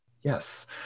yes